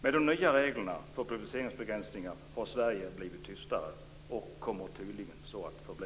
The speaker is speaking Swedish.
Med de nya reglerna för publiceringsbegränsningarna har Sverige blivit tystare och kommer tydligen så att förbli.